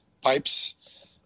pipes